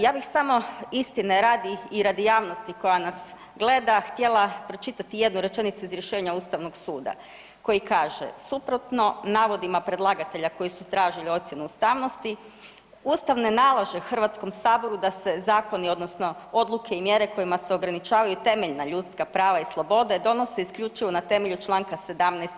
Ja bih samo istine radi i radi javnosti koja nas gleda htjela pročitati jednu rečenicu iz rješenja Ustavnog suda koji kaže: Suprotno navodima predlagatelja koji su tražili ocjenu ustavnosti Ustav ne nalaže Hrvatskom saboru da se zakoni odnosno odluke i mjere kojima se ograničavaju temeljna ljudska prava i slobode donose isključivo na temelju Članka 17.